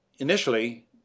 Initially